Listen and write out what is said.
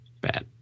bad